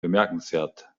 bemerkenswert